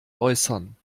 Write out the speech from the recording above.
äußern